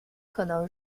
可能